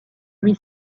huit